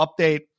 update